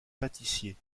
pâtissier